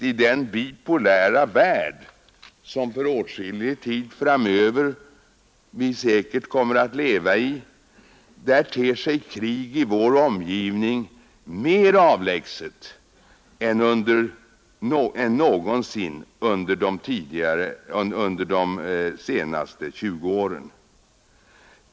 I den bipolära värld som vi för åtskillig tid framöver säkert kommer att leva i ter sig krig i vår omgivning mer avlägset än någonsin under de senaste 20 åren.